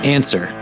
Answer